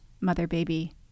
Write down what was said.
mother-baby